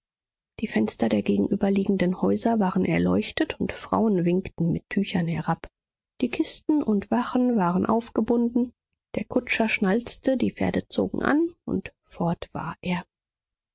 die fenster der gegenüberliegenden häuser waren erleuchtet und frauen winkten mit tüchern herab die kisten und vachen waren aufgebunden der kutscher schnalzte die pferde zogen an und fort war er